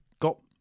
got